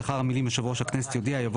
לאחר המילים 'יושב ראש הכנסת יודיע' יבוא